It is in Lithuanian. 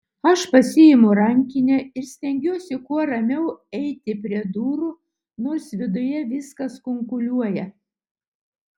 aš pasiimu rankinę ir stengiuosi kuo ramiau eiti prie durų nors viduje viskas kunkuliuoja